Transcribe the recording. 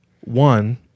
One